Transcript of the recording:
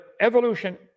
evolution